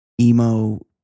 Emo